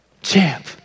Champ